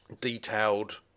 detailed